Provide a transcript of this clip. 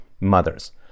mothers